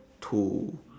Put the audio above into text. to